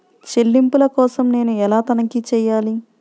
చెల్లింపుల కోసం నేను ఎలా తనిఖీ చేయాలి?